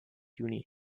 juni